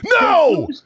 No